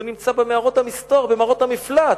הוא נמצא במערות המסתור, במערות המפלט.